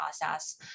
process